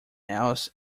else